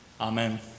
Amen